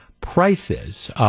prices